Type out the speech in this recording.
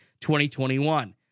2021